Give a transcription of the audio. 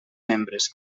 membres